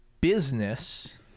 business